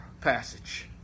passage